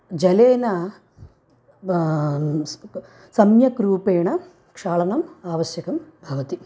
जलेन वा स् सम्यक्रूपेण क्षालनं आवश्यकं भवति